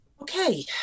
Okay